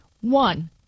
One